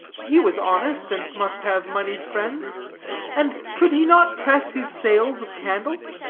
he was honest, and must have moneyed friends and could he not press his sales of candles?